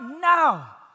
now